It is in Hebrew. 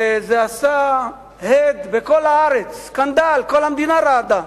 וזה עשה הד בכל הארץ, סקנדל, וכל המדינה רעדה.